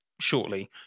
shortly